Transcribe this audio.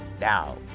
Now